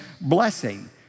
blessing